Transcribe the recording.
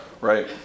Right